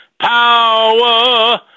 power